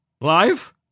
Life